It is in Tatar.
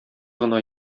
гына